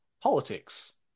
politics